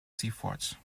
fort